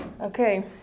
Okay